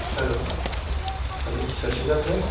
hello hello Sat Shri Akal sir